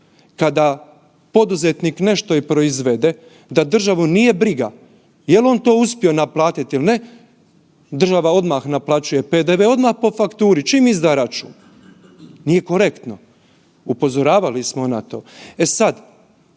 kada poduzetnik nešto i proizvode da državu nije briga jel to on uspio naplatiti ili ne, država odmah naplaćuje PDV odmah po fakturi, čim izdaje računa. Nije korektno, upozoravali smo na to. E sad